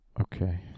Okay